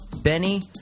Benny